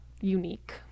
unique